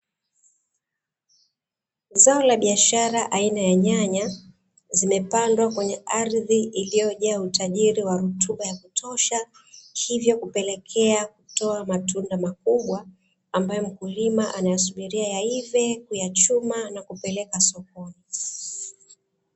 Zao la biashara aina ya nyanya zimepandwa kwenye ardhi iliyojaa utajiri wa rutuba ya kutosha, hivyo kupelekea kutoa matunda makubwa ambayo mkulima anayasubiria yaive, kuyachuma na kupeleka sokoni.